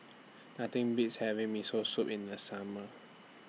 Nothing Beats having Miso Soup in The Summer